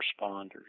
responders